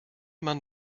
man